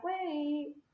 wait